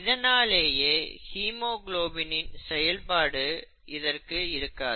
இதனாலேயே ஹீமோகுளோபினின் செயல்பாடும் இதற்கு இருக்காது